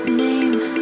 name